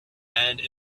and